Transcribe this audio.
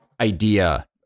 idea